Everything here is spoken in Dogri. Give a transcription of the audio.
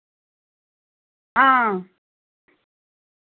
हां